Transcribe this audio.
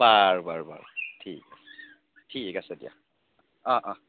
বাৰু বাৰু বাৰু ঠিক ঠিক আছে দিয়া অ অ